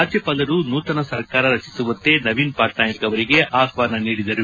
ರಾಜ್ಯಪಾಲರು ನೂತನ ಸರ್ಕಾರ ರಚಿಸುವಂತೆ ನವೀನ್ ಪಟ್ನಾಯಕ್ ಅವರಿಗೆ ಆಷ್ವಾನ ನೀಡಿದರು